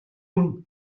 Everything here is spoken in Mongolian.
мөн